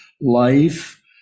Life